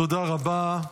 תודה רבה.